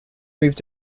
moved